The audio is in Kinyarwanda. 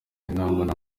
inama